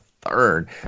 third